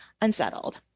unsettled